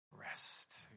rest